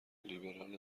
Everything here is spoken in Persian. لیبرال